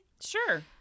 sure